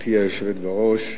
גברתי היושבת בראש,